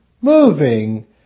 moving